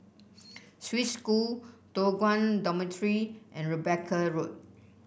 Swiss School Toh Guan Dormitory and Rebecca Road